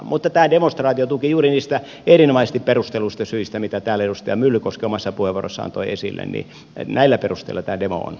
mutta tämä demonstraatiotuki juuri niistä erinomaisesti perustelluista syistä mitä täällä edustaja myllykoski omassa puheenvuorossaan toi esille on perusteltu